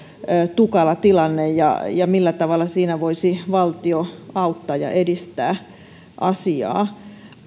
tukala tilanne ja se millä tavalla siinä voisi valtio auttaa ja edistää asiaa